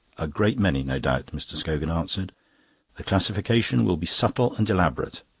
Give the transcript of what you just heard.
a great many, no doubt, mr. scogan answered the classification will be subtle and elaborate.